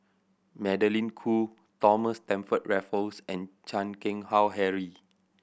Magdalene Khoo Thomas Stamford Raffles and Chan Keng Howe Harry